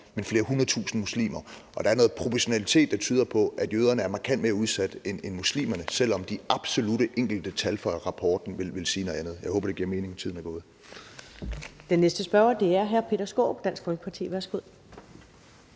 men flere hundrede tusinde muslimer, og der er noget proportionalitet, der tyder på, at jøderne er markant mere udsat end muslimerne, selv om de absolutte enkelte tal fra rapporten vil sige noget andet. Jeg håber, det giver mening, men tiden er gået.